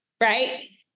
Right